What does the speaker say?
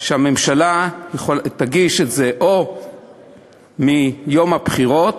שהממשלה תגיש את זה או מיום הבחירות